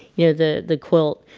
you know the the quilt